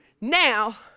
Now